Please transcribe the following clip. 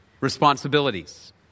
responsibilities